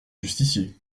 justiciers